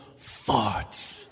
farts